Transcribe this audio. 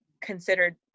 considered